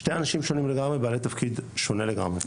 אלה שני אנשים שונים לגמרי בעלי תפקיד שונה לגמרי.